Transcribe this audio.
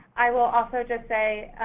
i will also just say,